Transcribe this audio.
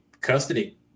custody